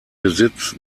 besitz